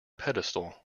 pedestal